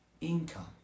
income